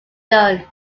done